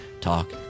talk